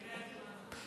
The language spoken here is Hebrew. לקריאה שנייה?